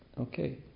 Okay